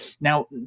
now